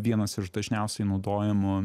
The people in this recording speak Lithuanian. vienas iš dažniausiai naudojamų